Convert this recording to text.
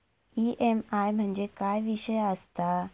EMI म्हणजे काय विषय आसता?